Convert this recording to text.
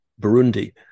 Burundi